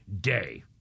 Day